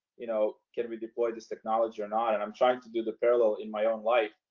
you know, can we deploy this technology or not? and i'm trying to do the parallel in my own life.